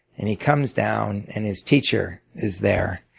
and he comes down and his teacher is there.